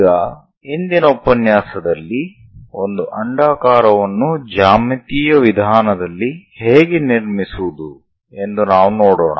ಈಗ ಇಂದಿನ ಉಪನ್ಯಾಸದಲ್ಲಿ ಒಂದು ಅಂಡಾಕಾರವನ್ನು ಜ್ಯಾಮಿತೀಯ ವಿಧಾನದಲ್ಲಿ ಹೇಗೆ ನಿರ್ಮಿಸುವುದು ಎಂದು ನಾವು ನೋಡೋಣ